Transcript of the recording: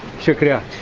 shukeriya